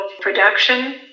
production